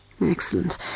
Excellent